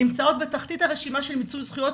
נמצאות בתחתית הרשימה של מיצוי זכויות